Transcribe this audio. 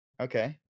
Okay